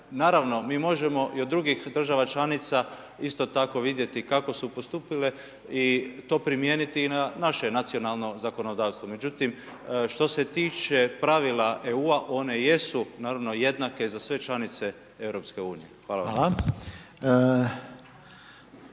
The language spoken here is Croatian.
Naravno, mi možemo i od drugih država članica isto tako vidjeti kako su postupile i to primijeniti i na naše nacionalno zakonodavstvo, međutim što se tiče pravila EU-a one jesu jednake za sve članice EU. Hvala vam.